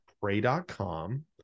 pray.com